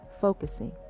focusing